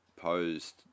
posed